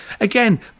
again